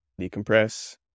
decompress